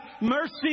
mercy